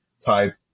type